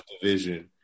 division